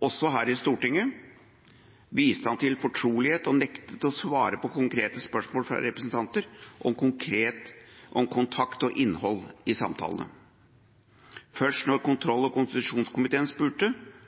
Også her i Stortinget viste han til fortrolighet og nektet å svare på konkrete spørsmål fra representanter om kontakt og innhold i samtalene. Først da kontroll- og konstitusjonskomiteen spurte,